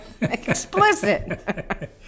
explicit